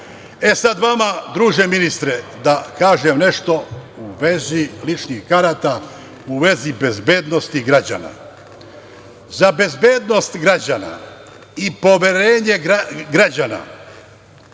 sada vama, druže ministre, da kažem nešto u vezi ličnih karata, u vezi bezbednosti građana.Za bezbednost građana i poverenje građana